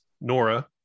Nora